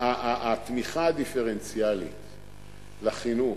התמיכה הדיפרנציאלית לחינוך,